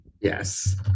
Yes